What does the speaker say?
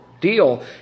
deal